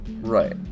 Right